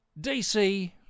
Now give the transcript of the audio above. DC